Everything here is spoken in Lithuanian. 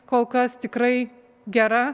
kol kas tikrai gera